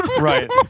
Right